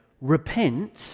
repent